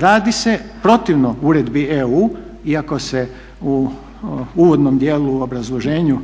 radi se protivno uredbi EU, iako se u uvodnom dijelu u obrazloženju